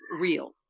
real